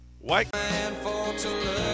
White